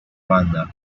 banda